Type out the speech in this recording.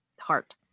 heart